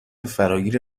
فراگیر